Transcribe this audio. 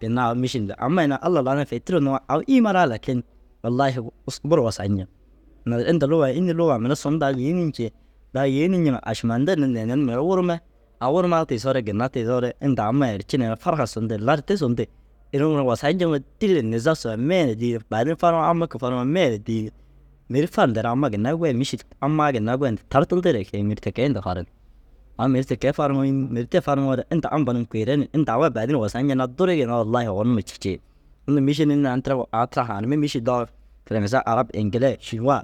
Ginna au mîšil du amai na Alla lauma ru fi tiri nuŋoo au îiman naa lakin wallaahi usu buru wasaa ñeŋ. Inta lugaa ai înni? Lugaa mire sun daa yêenii ncii daa yêenii ñiŋa ašiman ndin ni neene ru mire ru wurume. Au wurumaa tiisoore ginna tiisoore inta amai ercineere faraha sundi lerti sundi inuu mire wusaa ñeŋo dîlli nizam suma meena dîi ni baadin fariŋoo amma kûi fariŋoo meena dîi ni mêri fan nteere amma ginnai goyi mîšil ammaa ginnai goyindu tartindigire kee înir te kee inta fariŋ. Au mêri ti kee fariŋo înni? Mêri te fariŋoore inta ampa kuire ni inta au ai baadin wusaa ñenaa durii ginna wallahi owor numa cî cii. Unnu mîšil inta an tira au tira haanimmi mîšil doo fusãŋese arab eŋkile šûnuwaa.